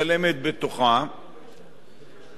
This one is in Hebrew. וכדי לתת פתרון לקושי האמור,